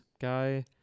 guy